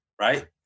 right